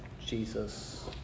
Jesus